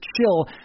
chill